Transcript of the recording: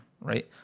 right